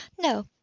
No